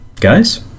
Guys